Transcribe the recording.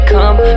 Come